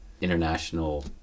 international